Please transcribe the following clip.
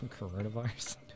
Coronavirus